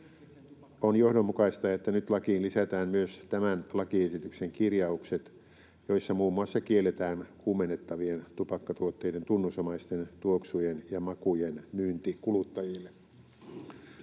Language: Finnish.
On johdonmukaista, että nyt lakiin lisätään myös tämän lakiesityksen kirjaukset, joissa muun muassa kielletään kuumennettavien tupakkatuotteiden tunnusomaisten tuoksujen ja makujen myynti kuluttajille.